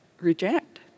reject